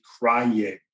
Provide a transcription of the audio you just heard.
crying